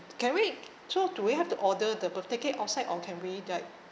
can we so do we have to order the birthday cake outside or can we like